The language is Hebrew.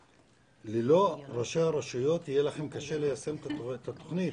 ללא ראשי הרשויות יהיה לכם קשה ליישם את התוכנית.